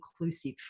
Inclusive